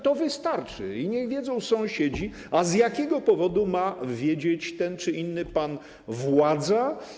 To wystarczy, niech wiedzą sąsiedzi, a z jakiego powodu ma wiedzieć ten czy inny pan władza?